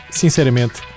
sinceramente